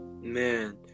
Man